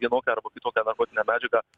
vienokią arba kitokią narkotinę medžiagą